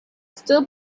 still